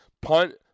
Punt